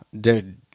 dude